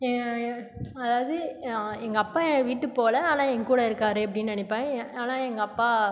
அதாவது எங்கள் அப்பா விட்டுபோகல ஆனால் எங்கள் கூட இருக்கார் அப்படின்னு நினைப்பேன் ஆனால் எங்கள் அப்பா